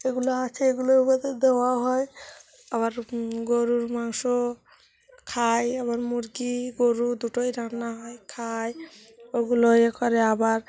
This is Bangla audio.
এগুলো আছে এগুলো আমাদের দেওয়া হয় আবার গরুর মাংস খায় আবার মুরগি গরু দুটোই রান্না হয় খায় ওগুলো ইয়ে করে আবার